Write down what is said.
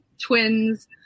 twins